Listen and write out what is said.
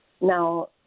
Now